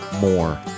more